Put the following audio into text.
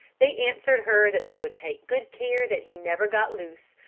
they answered her that they would take good care that he never got loose,